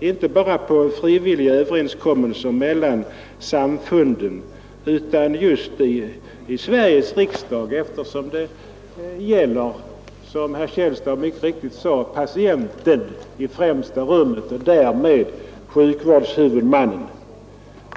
inte bygga bara på frivilliga överenskommelser mellan samfunden, utan vi måste få detta reglerat just här i Sveriges riksdag. Det gäller ju — som herr Källstad mycket riktigt sagt — i främsta rummet patienterna och därmed sjukvårdshuvudmannen.